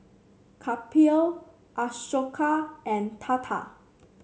Kapil Ashoka and Tata